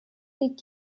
liegt